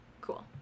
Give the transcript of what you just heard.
Cool